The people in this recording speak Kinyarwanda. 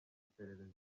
iperereza